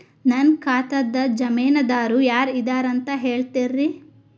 ನನ್ನ ಖಾತಾದ್ದ ಜಾಮೇನದಾರು ಯಾರ ಇದಾರಂತ್ ಹೇಳ್ತೇರಿ?